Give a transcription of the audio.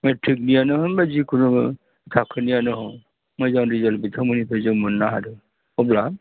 मेट्रिकनियानो होन बा जिकुनु थाखोनियानो हक मोजां रिजाल्ट बिथांमोननिफ्राय जों मोननो हादों अब्ला